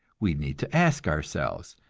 we need to ask ourselves,